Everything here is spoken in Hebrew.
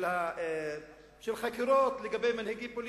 של חקירות של מנהיגים פוליטיים,